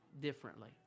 differently